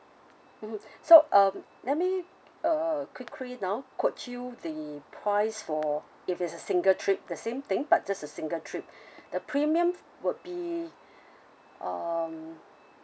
mmhmm so um let me uh quickly now quote you the price for if it's a single trip the same thing but just a single trip the premium would be um